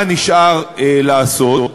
מה נשאר לעשות?